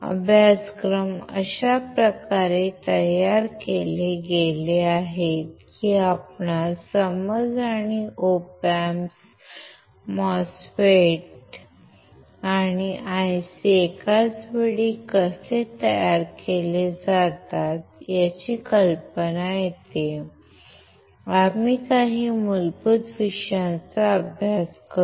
अभ्यासक्रम अशा प्रकारे तयार केले गेले आहेत की आपणास समज आणि Op Amps MOSFETs आणि ICs एकाच वेळी कसे तयार केले जातात याची कल्पना येते आम्ही काही मूलभूत विषयांच्या अभ्यास करू